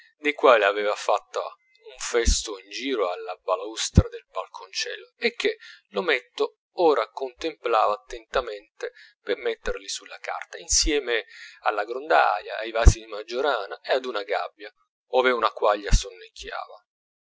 suoi dei quali aveva fatta uno festo in giro alla balaustra del balconcello e che l'ometto ora contemplava attentamente per metterli sulla carta insieme alla grondaia ai vasi di maggiorana e ad una gabbia ove una quaglia sonnecchiava